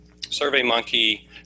SurveyMonkey